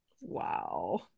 Wow